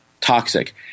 toxic